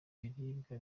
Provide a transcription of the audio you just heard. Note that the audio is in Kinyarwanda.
biribwa